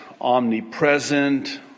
omnipresent